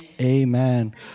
Amen